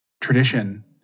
tradition